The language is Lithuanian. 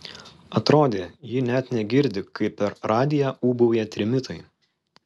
atrodė ji net negirdi kaip per radiją ūbauja trimitai